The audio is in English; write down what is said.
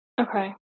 Okay